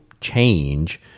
change